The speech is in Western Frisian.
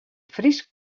frysk